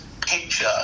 picture